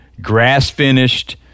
grass-finished